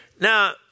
Now